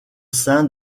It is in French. sein